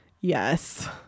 yes